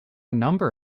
number